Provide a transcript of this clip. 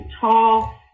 tall